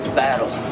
battle